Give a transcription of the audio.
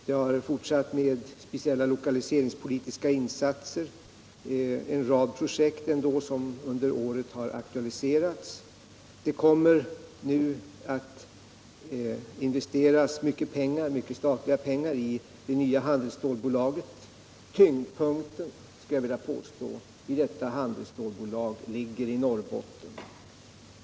Vidare har vi gjort speciella lokaliseringspolitiska insatser. Det är ändå en rad projekt som under året har aktualiserats. Det kommer nu att investeras mycket statliga pengar i det nya handelsstålbolaget. Tyngdpunkten, skulle jag vilja påstå, i detta handelsstålbolag ligger i Norrbotten.